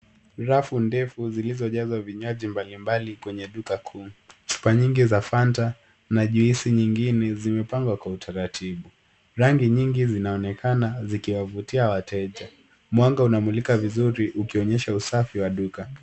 Rafu ndefu zilizojazwa vinywaji mbalimbali kwenye duka kuu. Chupa nyingi za Fanta na juisi nyingine zimepangwa kwa utaratibu. Rangi nyingi zinaonekana zikiwavutia wateja. Mwanga unamulika vizuri ikionyesha usafi wa duka.